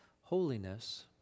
holiness